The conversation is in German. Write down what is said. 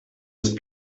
ist